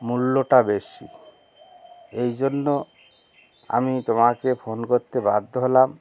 মূল্যটা বেশি এই জন্য আমি তোমাকে ফোন করতে বাধ্য হলাম